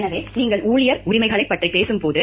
எனவே நீங்கள் ஊழியர் உரிமைகளைப் பற்றி பேசும்போது